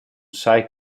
sai